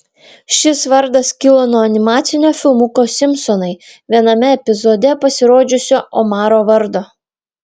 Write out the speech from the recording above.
šis vardas kilo nuo animacinio filmuko simpsonai viename epizode pasirodžiusio omaro vardo